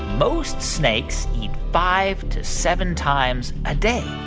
most snakes eat five to seven times a day?